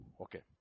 Okay